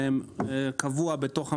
הוא קבוע בתוך המנגנון.